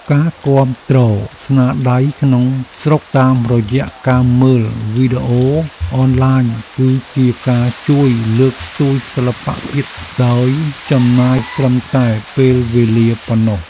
ការគាំទ្រស្នាដៃក្នុងស្រុកតាមរយៈការមើលវីដេអូអនឡាញគឺជាការជួយលើកស្ទួយសិល្បៈជាតិដោយចំណាយត្រឹមតែពេលវេលាប៉ុណ្ណោះ។